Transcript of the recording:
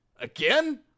Again